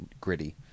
gritty